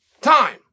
time